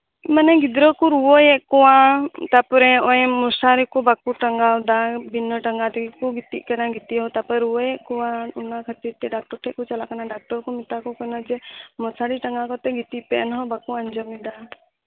ᱢᱟᱱᱮ ᱜᱤᱫᱽᱨᱟᱹ ᱠᱚ ᱨᱩᱣᱟᱹᱭᱮᱜ ᱠᱚᱣᱟ ᱛᱟᱯᱚᱨᱮ ᱱᱚᱜ ᱚᱭ ᱢᱚᱥᱟᱨᱤ ᱠᱚ ᱵᱟᱠᱚ ᱴᱟᱸᱜᱟᱣ ᱫᱟ ᱵᱤᱱᱟᱹ ᱴᱟᱸᱜᱟᱣ ᱛᱮᱜᱮ ᱜᱤᱛᱤᱡ ᱠᱟᱱᱟ ᱜᱤᱛᱤᱡ ᱦᱚᱸ ᱛᱟᱯᱚᱨᱮ ᱨᱩᱣᱟᱹᱭᱮᱜ ᱠᱚᱣᱟ ᱚᱱᱟ ᱠᱷᱟᱛᱤᱨ ᱛᱮ ᱰᱟᱠᱴᱚᱨ ᱴᱷᱮᱡ ᱠᱚ ᱪᱟᱞᱟᱜ ᱠᱟᱱᱟ ᱰᱟᱠᱴᱚᱨ ᱠᱚ ᱢᱮᱛᱟ ᱠᱚ ᱠᱟᱱᱟ ᱡᱮ ᱢᱚᱥᱟᱨᱤ ᱴᱟᱸᱜᱟᱣ ᱠᱟᱛᱮᱜ ᱜᱤᱛᱤᱜ ᱯᱮ ᱮᱱᱦᱚᱸ ᱵᱟᱠᱚ ᱟᱸᱡᱚᱢ ᱮᱫᱟ